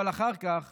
אבל אחר כך